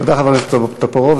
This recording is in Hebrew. תודה, חבר הכנסת טופורובסקי.